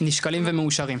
נשקלים ומאושרים.